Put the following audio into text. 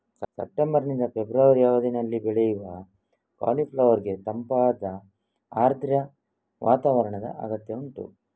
September ನಿಂದ February ಅವಧಿನಲ್ಲಿ ಬೆಳೆಯುವ ಕಾಲಿಫ್ಲವರ್ ಗೆ ತಂಪಾದ ಆರ್ದ್ರ ವಾತಾವರಣದ ಅಗತ್ಯ ಉಂಟು